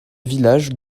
village